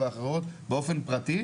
באופן פרטי.